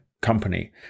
company